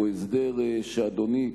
הוא הסדר שאדוני,